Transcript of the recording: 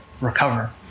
recover